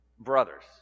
Brothers